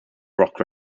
rock